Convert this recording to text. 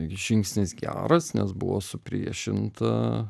žingsnis geras nes buvo supriešinta